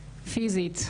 פיזית,